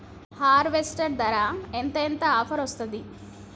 Harvester ధర ఎంత ఎంత ఆఫర్ వస్తుంది?